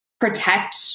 protect